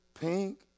pink